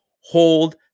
hold